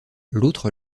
l’autre